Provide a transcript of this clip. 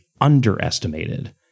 underestimated